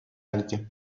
erdi